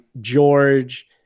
George